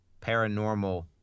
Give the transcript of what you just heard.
paranormal